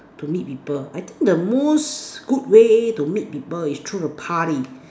to meet people I think the most good way to meet people is through the party